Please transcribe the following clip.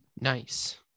Nice